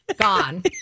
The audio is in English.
gone